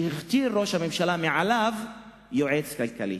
שראש הממשלה הכתיר מעליו יועץ כלכלי.